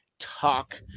talk